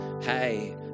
hey